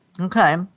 Okay